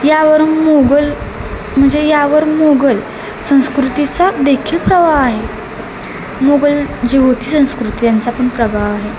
यावर मोंगल म्हणजे यावर मोंगल संस्कृतीचा देखील प्रभाव आहे मोंगल जी होती संस्कृती यांचा पण प्रभाव आहे